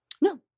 No